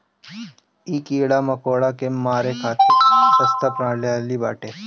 इ कीड़ा मकोड़ा के मारे खातिर सस्ता प्रणाली बाटे